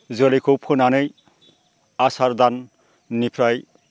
जोलैखौ फोनानै आसार दाननिफ्राय